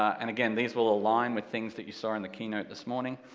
and again, these will align with things that you saw in the keynote this morning.